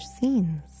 scenes